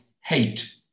hate